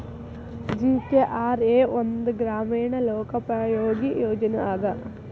GKRA ಒಂದ ಗ್ರಾಮೇಣ ಲೋಕೋಪಯೋಗಿ ಯೋಜನೆ ಅದ